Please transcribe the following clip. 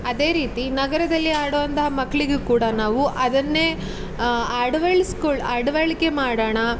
ಅದೇ ರೀತಿ ನಗರದಲ್ಲಿ ಆಡುವಂತಹ ಮಕ್ಕಳಿಗೂ ಕೂಡ ನಾವು ಅದನ್ನೇ ಅಳ್ವಡಿಸ್ಕೊಳ್ ಅಳ್ವಡಿಕೆ ಮಾಡೋಣ